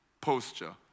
posture